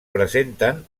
presenten